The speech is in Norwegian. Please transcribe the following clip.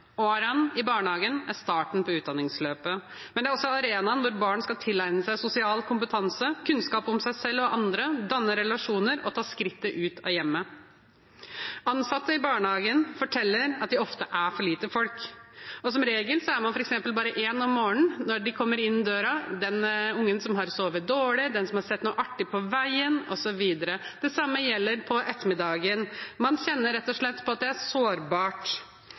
i barnehagen er starten på utdanningsløpet, men det er også arenaen hvor barn skal tilegne seg sosial kompetanse, kunnskap om seg selv og andre, danne relasjoner og ta skrittet ut av hjemmet. Ansatte i barnehagen forteller at det ofte er for lite folk, og som regel er man f.eks. bare én om morgenen når ungene kommer inn døra – den ungen som har sovet dårlig, den som har sett noe artig på veien, osv. Det samme gjelder på ettermiddagen. Man kjenner rett og slett på at det er sårbart.